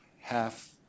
half